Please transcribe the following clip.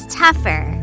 tougher